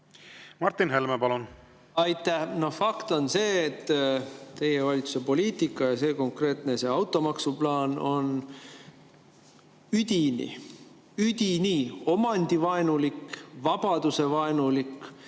Martin Helme, palun! Aitäh! Fakt on see, et teie valitsuse poliitika ja see konkreetne automaksuplaan on üdini – üdini! – omandivaenulik, vabadusevaenulik,